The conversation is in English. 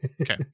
Okay